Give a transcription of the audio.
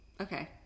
Okay